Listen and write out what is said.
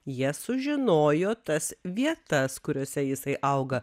jie sužinojo tas vietas kuriose jisai auga